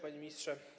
Panie Ministrze!